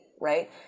right